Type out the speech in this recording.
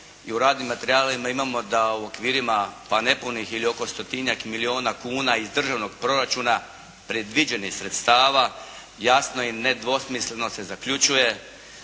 i u radnim materijalima imamo da u okvirima pa nepunih ili oko stotinjak milijuna kuna iz državnog proračuna predviđenih sredstava, jasno i nedvosmisleno se zaključuje